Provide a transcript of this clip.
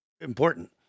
important